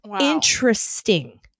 interesting